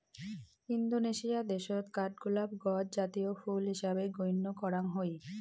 Indonesia দ্যাশত কাঠগোলাপ গছ জাতীয় ফুল হিসাবে গইণ্য করাং হই